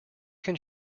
can